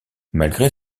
malgré